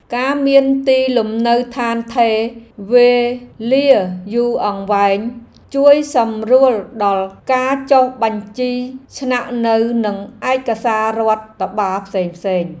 ការមានទីលំនៅឋានថេរវេលាយូរអង្វែងជួយសម្រួលដល់ការចុះបញ្ជីស្នាក់នៅនិងឯកសាររដ្ឋបាលផ្សេងៗ។